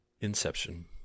Inception